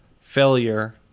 Failure